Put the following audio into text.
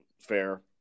fair